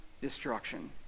destruction